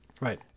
Right